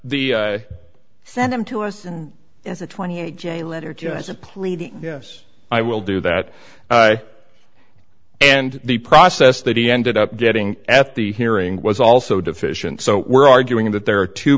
sent him to us and as a twenty eight j letter just a pleading yes i will do that and the process that he ended up getting at the hearing was also deficient so we're arguing that there are two